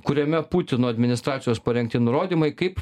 kuriame putino administracijos parengti nurodymai kaip